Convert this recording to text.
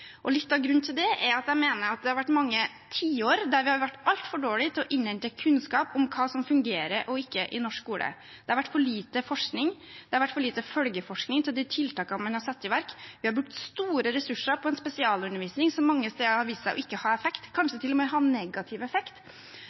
Litt av grunnen til det er at jeg mener det har vært mange tiår der vi har vært altfor dårlige på å innhente kunnskap om hva som fungerer og ikke i norsk skole. Det har vært for lite forskning, det har vært for lite følgeforskning på de tiltakene man har satt i verk. Vi har brukt store ressurser på en spesialundervisning som mange steder har vist seg ikke å ha effekt, kanskje til og med å ha negativ effekt.